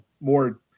more